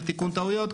לתיקון טעויות,